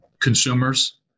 consumers